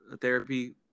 therapy